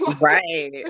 Right